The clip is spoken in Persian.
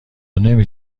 نمی